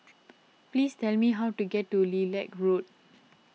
please tell me how to get to Lilac Road